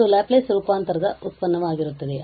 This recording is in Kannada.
ಆದ್ದರಿಂದ ಅದು ಲ್ಯಾಪ್ಲೇಸ್ ರೂಪಾಂತರದ ಉತ್ಪನ್ನವಾಗಿರುತ್ತದೆ